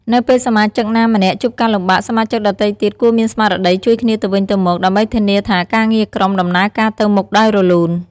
នៅពេលសមាជិកណាម្នាក់ជួបការលំបាក សមាជិកដទៃទៀតគួរមានស្មារតីជួយគ្នាទៅវិញទៅមក ដើម្បីធានាថាការងារក្រុមដំណើរការទៅមុខដោយរលូន។